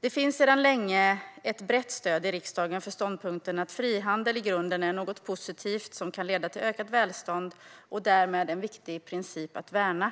Det finns sedan länge ett brett stöd i riksdagen för ståndpunkten att frihandel i grunden är något positivt som kan leda till ökat välstånd och att det därmed är en viktig princip att värna.